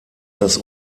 das